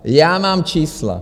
Já mám čísla!